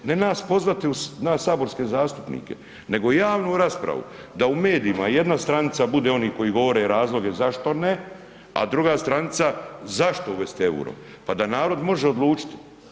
Ne nas pozvati u nas saborske zastupnike, nego javnu raspravu da u medijima jedna stranica bude onih koji govore razloge zašto ne, a druga stranica zašto uvesti euro, pa da narod može odlučiti.